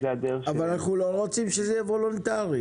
-- אבל אנחנו לא רוצים שזה יהיה וולונטרי.